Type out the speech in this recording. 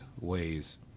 ways